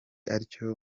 atyo